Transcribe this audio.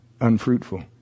unfruitful